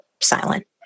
silent